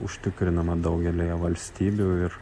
užtikrinama daugelyje valstybių ir